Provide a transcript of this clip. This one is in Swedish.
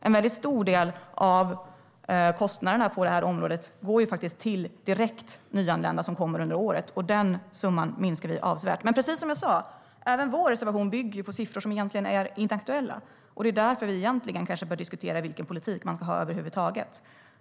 En stor del av kostnaderna på detta område går till direkt nyanlända som kommer under året, och den summan minskar vi avsevärt. Men precis som jag sa bygger även vår reservation på siffror som egentligen inte är aktuella. Därför bör vi diskutera vilken politik vi ska ha över huvud taget.